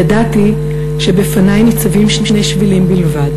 ידעתי שבפני ניצבים שני שבילים בלבד: